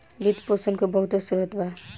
वित्त पोषण के बहुते स्रोत बा